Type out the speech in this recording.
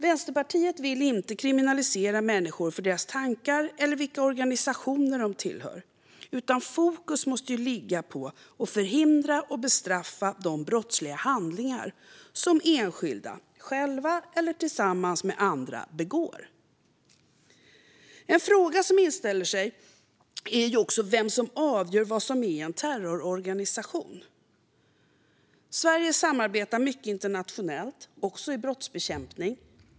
Vänsterpartiet vill inte kriminalisera människor för deras tankar eller vilka organisationer de tillhör, utan fokus måste ligga på att förhindra och bestraffa de brottsliga handlingar som enskilda, själva eller tillsammans med andra, begår. En fråga som inställer sig är också vem som avgör vad som är en terrororganisation. Sverige samarbetar mycket internationellt, också i brottsbekämpning.